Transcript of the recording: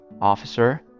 officer